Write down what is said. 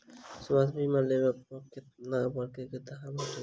स्वास्थ्य बीमा लेबा पर केँ तरहक करके लाभ भेटत?